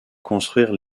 construire